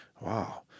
Wow